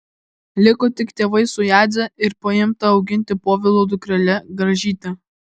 liko tik tėvai su jadze ir paimta auginti povilo dukrele gražyte